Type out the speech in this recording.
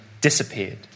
disappeared